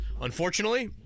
unfortunately